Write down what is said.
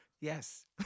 Yes